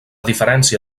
diferència